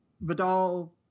Vidal